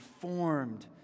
formed